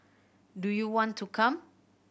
do you want to come